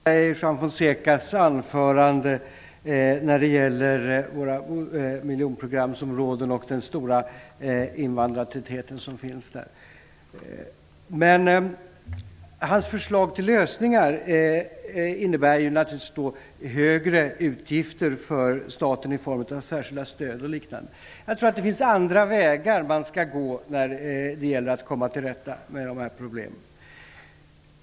Herr talman! Jag kan till stor del instämma i Juan Fonsecas anförande när det gäller våra miljonprogramsområden och den stora invandrartätheten där. Men hans förslag till lösningar innebär högre utgifter för staten i form av särskilda stöd o.d. Jag tror att det finns andra vägar att gå när det gäller att komma till rätta med de här problemen.